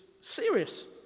serious